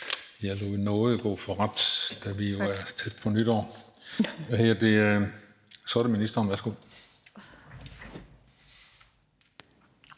men jeg lod nåde for ret, da vi jo er tæt på nytår. Så er det ministeren, værsgo.